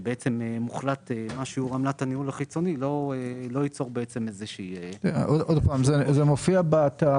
עמלת הניהול החיצוני לא תיצור --- זה מופיע באתר